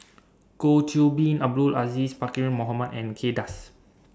Goh Qiu Bin Abdul Aziz Pakkeer Mohamed and Kay Das